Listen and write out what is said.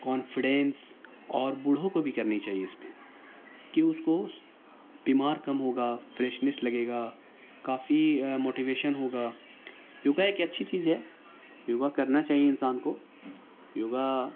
confidence اور بوڑھوں کو بھی کرنی چاہیے اس پہ کہ اس کو بیمار کم ہوگا فریشنیس لگے گا کافی موٹیویشن ہوگا یوگا ایک اچھی چیز ہے یوگا کرنا چاہیے انسان کو یوگا